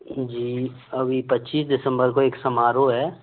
जी अभी पच्चीस दिसम्बर को एक समारोह है